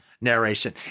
narration